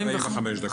45 דקות.